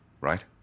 Right